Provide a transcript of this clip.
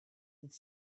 dydd